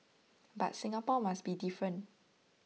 but Singapore must be different